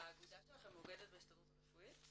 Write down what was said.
האגודה שלכם מאוגדת בהסתדרות הרפואית?